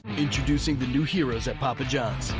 introducing the new heroes at papa john's.